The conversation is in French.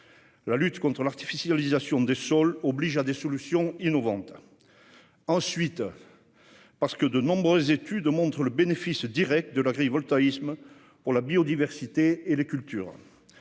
La lutte contre l'artificialisation des sols oblige à employer des procédés innovants. Ensuite, de nombreuses études montrent le bénéfice direct de l'agrivoltaïsme pour la biodiversité et les cultures,